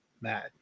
mad